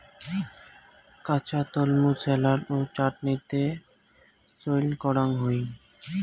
কাঁচা তলমু স্যালাড বা চাটনিত চইল করাং হই